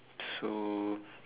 so